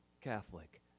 Catholic